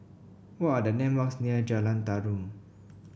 what are the landmarks near Jalan Tarum